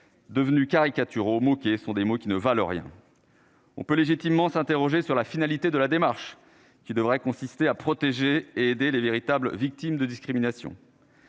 Devenus caricaturaux, mots qui sont des mots qui ne valent rien, on peut légitimement s'interroger sur la finalité de la démarche qui devrait consister à protéger et aider les véritables victimes de discrimination.